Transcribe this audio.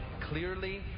clearly